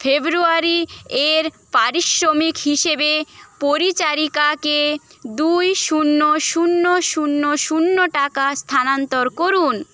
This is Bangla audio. ফেব্রুয়ারি এর পারিশ্রমিক হিসেবে পরিচারিকাকে দুই শূন্য শূন্য শূন্য শূন্য টাকা স্থানান্তর করুন